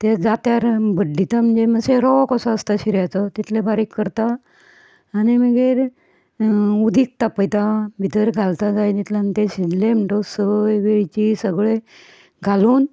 तें जात्यार भड्डिता म्हणजे रवो कसो आसता शिऱ्याचो तितले बारीक करता आनी मागीर उदीक तापयता भितर घालता कायलींतल्यान तें शिजलें म्हणटगू सोय मिरची सगलें घालून